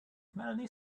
melanie